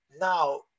now